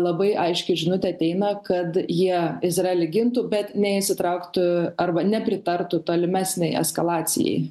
labai aiški žinutė ateina kad jie izraelį gintų bet neįsitrauktų arba nepritartų tolimesnei eskalacijai